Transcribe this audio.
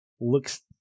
looks